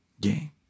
game